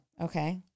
Okay